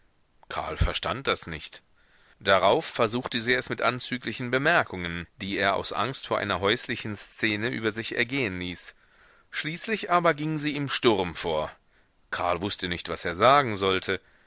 karl verstand das nicht darauf versuchte sie es mit anzüglichen bemerkungen die er aus angst vor einer häuslichen szene über sich ergehen ließ schließlich aber ging sie im sturm vor karl wußte nicht was er sagen sollte